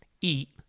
eat